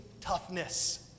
toughness